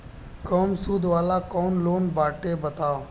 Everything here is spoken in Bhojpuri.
कम सूद वाला कौन लोन बाटे बताव?